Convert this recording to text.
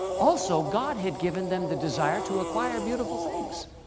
also, god had given them the desire to acquire beautiful things,